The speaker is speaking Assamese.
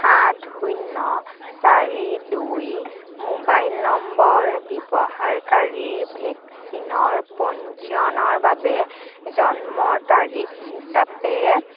সাত শূন্য চাৰি দুই মোবাইল নম্বৰ ব্যৱহাৰকাৰীৰ ভেকচিনৰ পঞ্জীয়নৰ বাবে জন্মৰ তাৰিখ হিচাপে